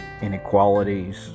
inequalities